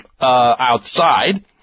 outside